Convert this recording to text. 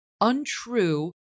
untrue